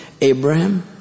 Abraham